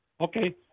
Okay